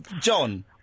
John